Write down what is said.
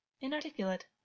inarticulate